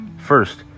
First